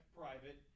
private